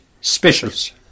specials